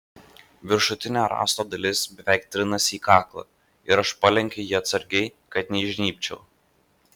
viršutinė rąsto dalis beveik trinasi į kaklą ir aš palenkiu jį atsargiai kad neįžnybčiau